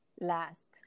last